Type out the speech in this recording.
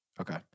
Okay